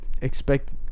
Expect